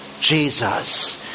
Jesus